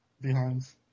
behinds